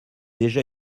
déjà